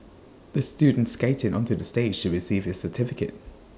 the student skated onto the stage to receive his certificate